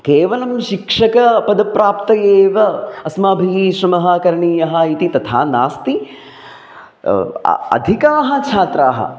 केवलं शिक्षकपदप्राप्तये एव अस्माभिः श्रमः करणीयः इति तथा नास्ति अधिकाः छात्राः